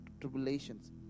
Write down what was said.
tribulations